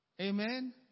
Amen